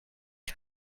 you